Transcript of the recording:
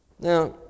Now